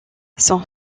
son